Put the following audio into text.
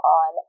on